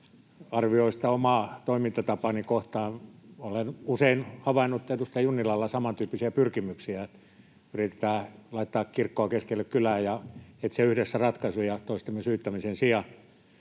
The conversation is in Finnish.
arvioista omaa toimintatapaani kohtaan. Olen usein havainnut edustaja Junnilalla samantyyppisiä pyrkimyksiä: yritetään laittaa kirkkoa keskelle kylää ja etsiä yhdessä ratkaisuja toistemme syyttämisen sijaan.